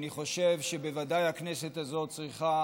אני חושב שבוודאי הכנסת הזאת צריכה